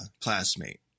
classmate